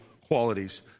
qualities